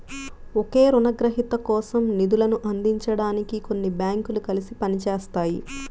ఒకే రుణగ్రహీత కోసం నిధులను అందించడానికి కొన్ని బ్యాంకులు కలిసి పని చేస్తాయి